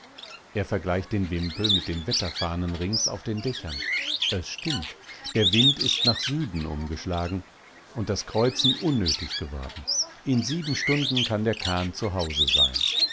er vergleicht den wimpel mit den wetterfahnen rings auf den dächern es stimmt der wind ist nach süden umgeschlagen und das kreuzen unnötig geworden in sieben stunden kann der kahn zu hause sein